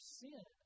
sin